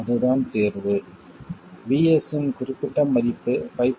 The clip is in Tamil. அதுதான் தீர்வு VS இன் குறிப்பிட்ட மதிப்பு 5